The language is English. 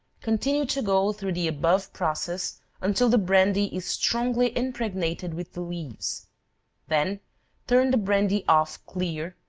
continue to go through the above process until the brandy is strongly impregnated with the leaves then turn the brandy off clear,